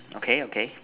okay okay